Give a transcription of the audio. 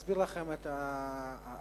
מסביר לכם את ההליך.